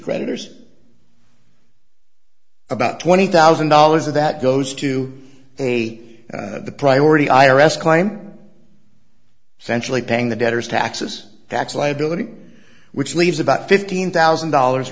creditors about twenty thousand dollars of that goes to a priority i r s crime centrally paying the debtors taxes tax liability which leaves about fifteen thousand dollars